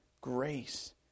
grace